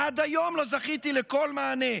עד היום לא זכיתי לכל מענה.